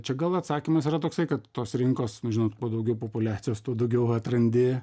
čia gal atsakymas yra toksai kad tos rinkos žinot kuo daugiau populiacijos tuo daugiau atrandi